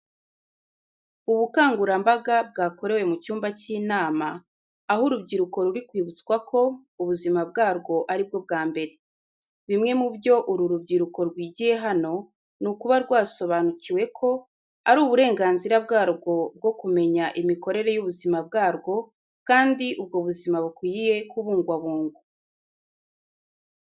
Ubukangurambaga bwakorewe mu cyumba cy'inama, aho urubyiruko ruri kwibutswa ko ubuzima bwarwo ari bwo bwa mbere. Bimwe mu byo uru rubyiruko rwigiye hano ni ukuba rwasobanukiwe ko ari uburenganzira bwarwo bwo kumenya imikorere y'ubuzima bwarwo kandi ubwo buzima bukwiye kubungwabungwa.